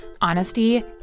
honesty